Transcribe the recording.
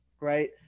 right